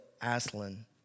Aslan